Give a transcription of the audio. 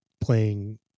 playing